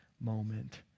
moment